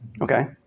Okay